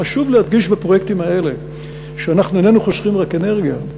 חשוב להדגיש שבפרויקטים האלה איננו חוסכים רק אנרגיה,